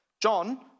John